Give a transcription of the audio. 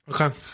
Okay